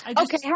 Okay